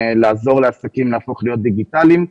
לעזור לעסקים להפוך להיות דיגיטליים.